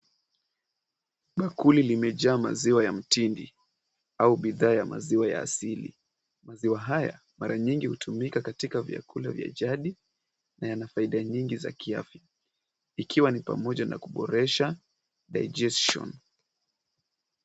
Bakuli limejaa maziwa ya mtindi au bidhaa ya maziwa ya asili. Maziwa haya mara nyingi hutumika katika vyakula vya jadi na yana faida nyingi za kiafya, ikiwa ni pamoja na kuboresha digestion .